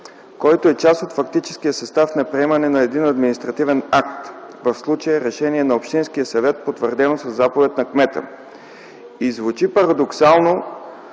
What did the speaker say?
който е част от фактическия състав на приемане на един административен акт – в случая решение на общинския съвет, потвърдено със заповед на кмета. Звучи парадоксално